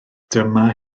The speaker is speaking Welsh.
dyma